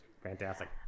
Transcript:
Fantastic